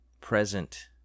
present